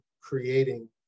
creating